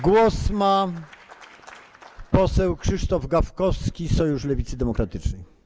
Głos ma poseł Krzysztof Gawkowski, Sojusz Lewicy Demokratycznej.